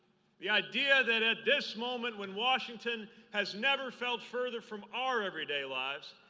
the idea that it this moment when washington has never felt further from our everyday lives,